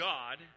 God